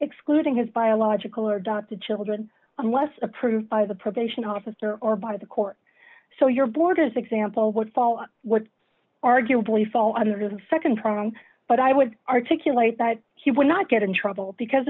excluding his biological or dot to children unless approved by the probation officer or by the court so your borders example would follow what arguably fall under the nd prong but i would articulate that he would not get in trouble because